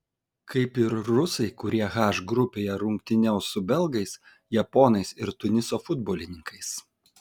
kaip ir rusai kurie h grupėje rungtyniaus su belgais japonais ir tuniso futbolininkais